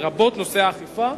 לרבות נושא האכיפה